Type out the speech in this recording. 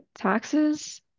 taxes